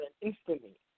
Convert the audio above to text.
instantly